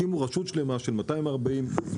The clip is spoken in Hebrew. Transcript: הקימו רשות שלמה, של 240 עובדים,